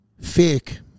fake